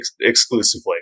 exclusively